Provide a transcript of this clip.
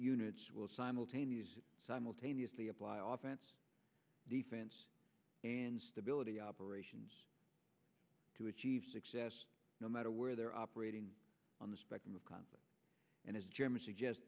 units will simultaneously simultaneously apply often defense and stability operations to achieve success no matter where they're operating on the spectrum of conflict and as jim suggest